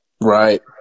Right